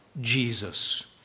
Jesus